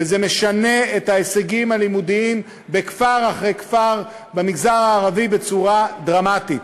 וזה משנה את ההישגים הלימודיים בכפר אחרי כפר במגזר הערבי בצורה דרמטית.